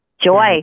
Joy